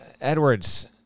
Edwards